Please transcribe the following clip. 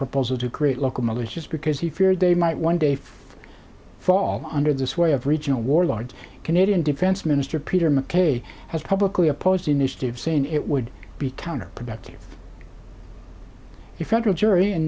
proposal to create local militias because he feared they might one day fall under the sway of regional warlords canadian defense minister peter mackay has publicly opposed the initiative saying it would be counterproductive he federal jury